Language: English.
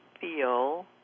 feel